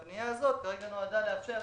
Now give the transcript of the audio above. הפנייה הזאת כרגע נועדה לאשר,